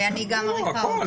שאני גם מעריכה אותו.